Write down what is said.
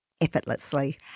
effortlessly